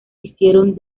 hicieron